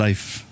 life